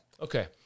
Okay